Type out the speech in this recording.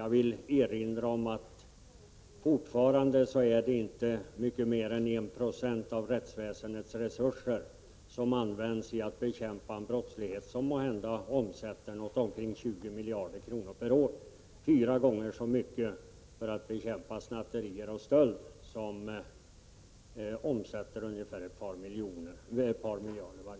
Jag vill erinra om att det fortfarande inte är mycket mer än 120 av rättsväsendets resurser som används för att bekämpa den brottsligheten, som måhända omsätter omkring 4 miljarder kronor per år. Det används fyra gånger så mycket pengar till att bekämpa snatterier och stöld, där varje år ett par miljarder